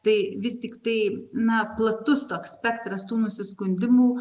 tai vis tiktai na platus toks spektras tų nusiskundimų